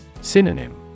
Synonym